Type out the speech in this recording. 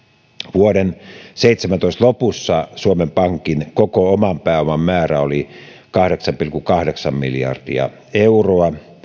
vuoden seitsemäntoista lopussa suomen pankin koko oman pääoman määrä oli kahdeksan pilkku kahdeksan miljardia euroa